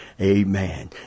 Amen